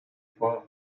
fur